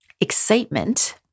excitement